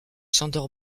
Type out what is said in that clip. sándor